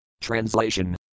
Translation